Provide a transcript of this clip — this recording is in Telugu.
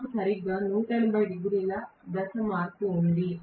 నాకు సరిగ్గా 180 డిగ్రీల దశ మార్పు ఉంది